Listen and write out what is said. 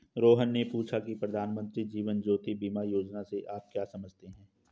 रोहन ने पूछा की प्रधानमंत्री जीवन ज्योति बीमा योजना से आप क्या समझते हैं?